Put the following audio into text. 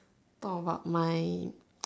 all about my